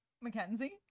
Mackenzie